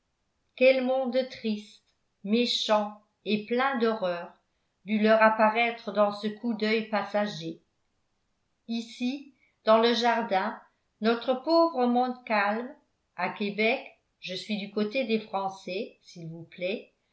quel monde triste méchant et plein d'horreurs dut leur apparaître dans ce coup d'œil passager ici dans le jardin notre pauvre montcalm à québec je suis du côté des français s'il vous